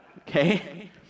okay